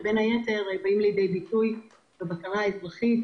שבאות לידי ביטוי בין היתר בבקרה האזרחית,